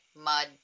mud